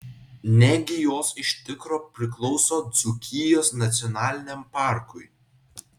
negi jos iš tikro priklauso dzūkijos nacionaliniam parkui